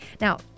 Now